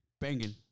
banging